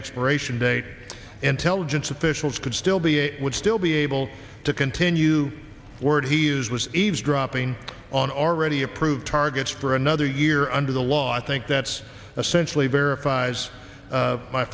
expiration date intelligence officials could still be a would still be able to continue word he used was eavesdropping on already approved targets for another year under the law i think that's essentially verif